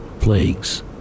plagues